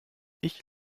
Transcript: ich